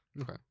Okay